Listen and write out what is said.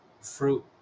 fruit